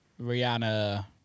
Rihanna